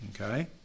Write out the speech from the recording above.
Okay